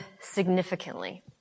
significantly